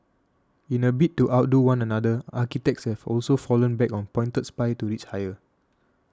in a bid to outdo one another architects have also fallen back on pointed spires to reach higher